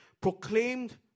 proclaimed